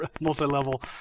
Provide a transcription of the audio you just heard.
Multi-level